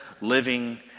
living